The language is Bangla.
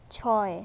ছয়